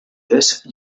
dies